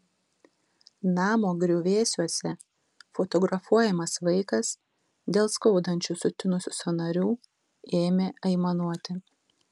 namo griuvėsiuose fotografuojamas vaikas dėl skaudančių sutinusių sąnarių ėmė aimanuoti